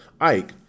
Ike